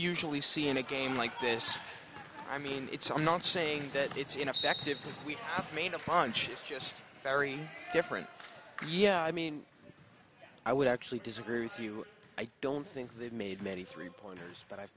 usually see in a game like this i mean it's i'm not saying that it's ineffective because we have made a bunch it's just very different yeah i mean i would actually disagree with you i don't think they've made many three pointers but i've